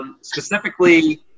specifically –